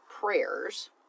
prayers